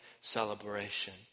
celebration